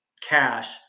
cash